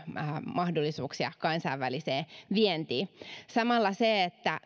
mahdollisuuksia kansainväliseen vientiin samalla se että